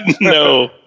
No